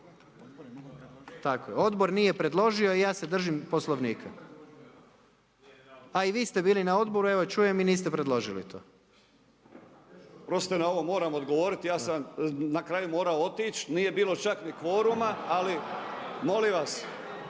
odbor nije predložio, ja se drži Poslovnika a i vi ste bili na odboru evo čujem i niste predložili to. **Lovrinović, Ivan (Promijenimo Hrvatsku)** Oprostite, na ovom moram odgovoriti. Ja sam na kraju morao otići, nije bilo čak ni kvoruma ali molim vas,